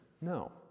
No